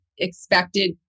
Expected